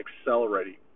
accelerating